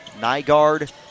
Nygaard